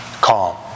calm